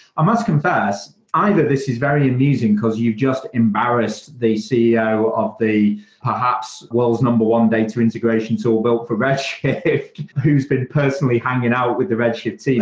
i must confess, either this is very amusing because you just embarrassed the ceo of the perhaps world's number one data integration tool built for red shift who's been personally hanging out with the red shift team